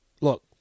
look